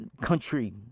country